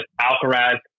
Alcaraz